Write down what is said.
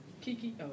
Kiki